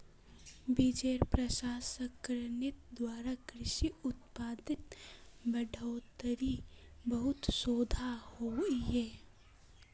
बिजेर प्रसंस्करनेर द्वारा कृषि उत्पादेर बढ़ोतरीत बहुत शोध होइए